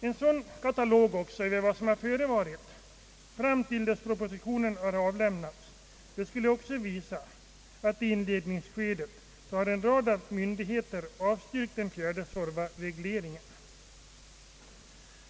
En sådan katalog över vad som förevarit fram till dess propositionen avlämnades skulle också visat, att i inledningsskedet har en rad myndigheter avstyrkt den fjärde Suorvaregleringen.